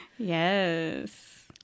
yes